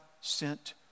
sent